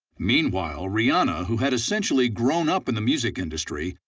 meanwhile, rihanna, who had essentially grown up in the music industry,